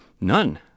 None